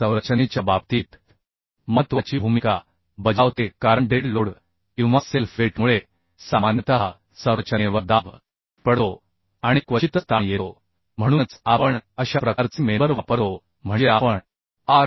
संरचनेच्या बाबतीत महत्वाची भूमिका बजावते कारण डेड लोड किंवा सेल्फ वेटमुळे सामान्यतः संरचनेवर दाब पडतो आणि क्वचितच ताण येतो म्हणूनच आपण अशा प्रकारचे मेंबर वापरतो म्हणजे आपण आर